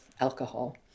alcohol